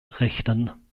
rechnen